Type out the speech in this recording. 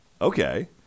Okay